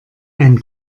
ein